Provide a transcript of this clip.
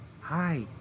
Hi